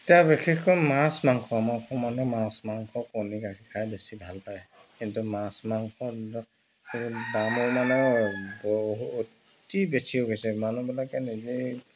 এতিয়া বিশেষকৈ মাছ মাংস মাছ মাংস কণী খাই বেছি ভাল পায় কিন্তু মাছ মাংস দামো মানে বহু অতি বেছি হৈ গৈছে মানুহবিলাকে নিজেই